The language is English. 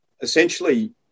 Essentially